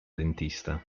dentista